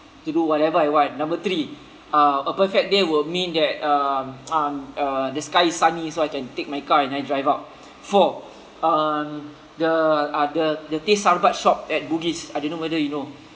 to do whatever I want number three uh a perfect day will mean that um um uh the sky is sunny so I can take my car and I drive out four um the uh the the teh sarbat shop at bugis I don't know whether you know